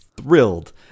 thrilled